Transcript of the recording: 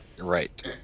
Right